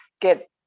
get